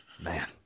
Man